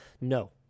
No